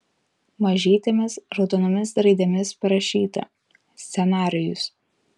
mažytėmis raudonomis raidėmis parašyta scenarijus